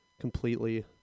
completely